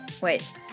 wait